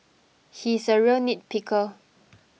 he is a real nitpicker